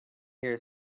here